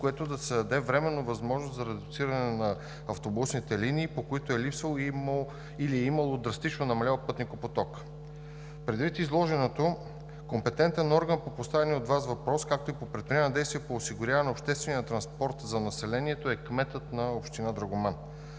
което да се даде временно възможност за редуциране на автобусните линии, по които е липсвал или е имало драстично намалял пътникопоток. Предвид изложеното компетентен орган по поставения от Вас въпрос, както и по предприемане на действия по осигуряване на обществения транспорт за населението е кметът на община Драгоман.